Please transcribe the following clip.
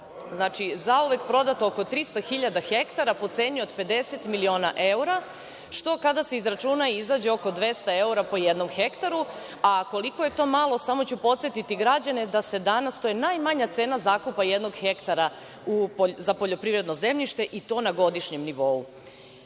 Tada je zauvek prodato oko 300.000 ha po ceni od 50 miliona evra, što kada se izračuna izađe oko 200 evra po jednom hektaru, a koliko je to malo, ja ću sada podsetiti građane danas. To je najmanja cena zakupa jednog hektara za poljoprivredno zemljište i to na godišnjem